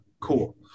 Cool